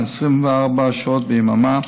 24 שעות ביממה,